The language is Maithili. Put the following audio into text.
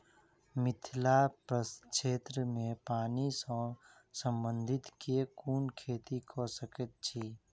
मिथिला प्रक्षेत्र मे पानि सऽ संबंधित केँ कुन खेती कऽ सकै छी?